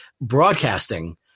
broadcasting